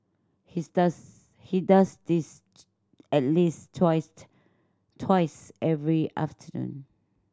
his does he does this at least twice every afternoon